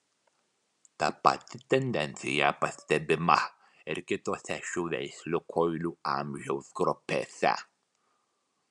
ta pati tendencija pastebima ir kitose šių veislių kuilių amžiaus grupėse